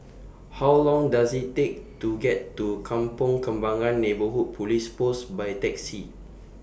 How Long Does IT Take to get to Kampong Kembangan Neighbourhood Police Post By Taxi